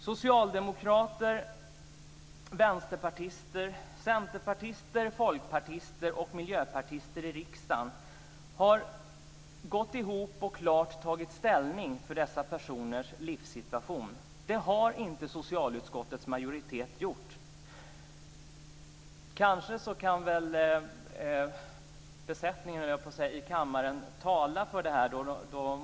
Socialdemokrater, vänsterpartister, centerpartister, folkpartister och miljöpartister i riksdagen har gått ihop och tagit klar ställning för dessa personers livssituation. Det har inte socialutskottets majoritet gjort. Kanske kan besättningen, höll jag på att säga, i kammaren tala för det här.